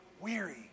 weary